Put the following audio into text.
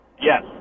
Yes